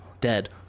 Dead